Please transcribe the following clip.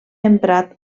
emprat